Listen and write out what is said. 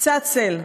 קצת צל,